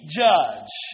judge